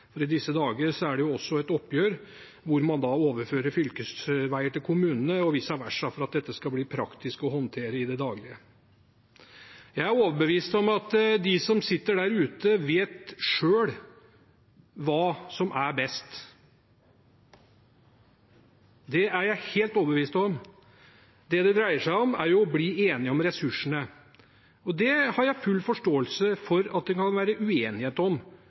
for i disse dager er det også et oppgjør hvor man overfører fylkesveier til kommunene og vice versa – for at dette skal bli praktisk å håndtere i det daglige. Jeg er overbevist om at de som sitter der ute, selv vet hva som er best. Det er jeg helt overbevist om. Det dette dreier seg om, er jo å bli enige om ressursene. Dem har jeg full forståelse for at det kan være uenighet om,